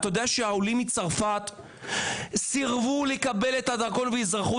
אתה יודע שהעולים מצרפת סירבו לקבל את הדרכון והאזרחות